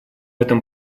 этом